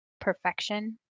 perfection